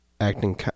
Acting